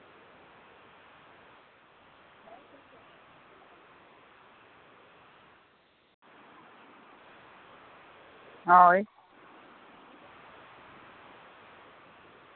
ᱦᱳᱭ